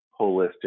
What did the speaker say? holistic